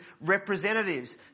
representatives